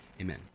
Amen